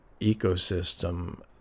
ecosystem